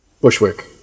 Bushwick